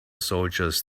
soldiers